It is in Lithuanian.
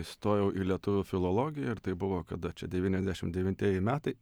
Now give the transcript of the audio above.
įstojau į lietuvių filologiją ir tai buvo kada čia devyniasdešim devintieji metai